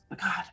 god